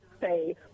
say